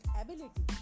ability